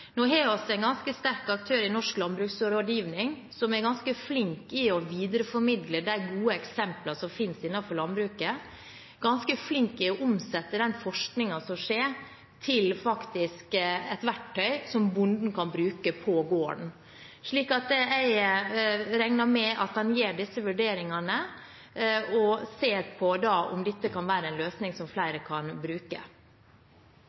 Nå har vi en ganske sterk aktør i Norsk Landbruksrådgiving, som er ganske flink til å videreformidle de gode eksemplene som finnes innenfor landbruket, og ganske flink til å omsette den forskningen som skjer, til et verktøy som bonden kan bruke på gården. Så jeg regner med at en gjør disse vurderingene, og ser på om dette kan være en løsning som flere kan bruke.